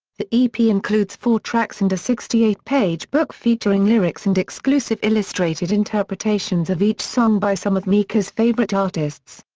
the ep includes four tracks and a sixty eight page book featuring lyrics and exclusive illustrated interpretations of each song by some of mika's favourite artists.